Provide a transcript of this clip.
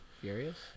furious